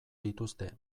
dituzte